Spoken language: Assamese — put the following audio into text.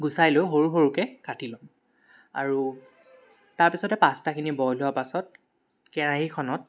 গুচাই লৈ সৰু সৰুকৈ কাটি ল'ম আৰু তাৰ পিছতে পাস্তাখিনি বইল হোৱা পাছত কেৰাহীখনত